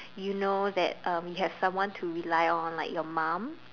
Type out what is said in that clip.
you know that um you have someone too rely on like your mum